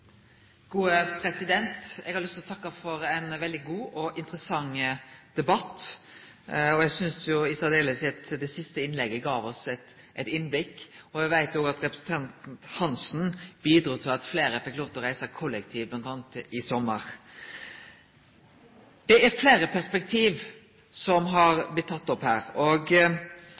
lyst til å takke for ein veldig god og interessant debatt. Eg synest særskilt det siste innlegget gav oss eit innblikk. Eg veit òg at representanten Hansen medverka til at fleire fekk lov til å reise kollektivt m.a. i sommar. Det er fleire perspektiv som har blitt tekne opp her.